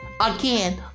again